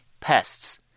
Pests